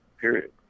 period